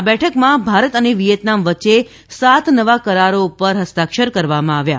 આ બેઠકમાં ભારત અને વિદ્યેતનામ વચ્ચે સાત નવા કરારો પર હસ્તાક્ષર કરવામાં આવ્યા